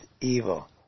evil